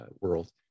world